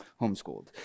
homeschooled